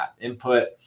input